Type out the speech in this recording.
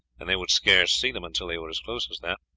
and they would scarce see them until they were as close as that.